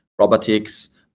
robotics